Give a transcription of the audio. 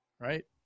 right